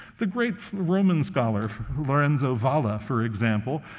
the great roman scholar lorenzo valla, for example,